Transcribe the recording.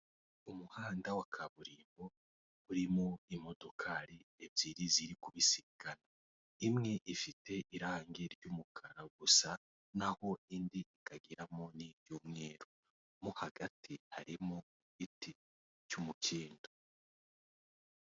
Umuhanda wa kaburimbo urimo imodokari ebyiri ziri kubisikana, imwe ifite irange ry'umukara gusa naho indi ikageramo niry'umweru, mo hagati harimo igiti cy'umukindo.